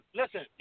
listen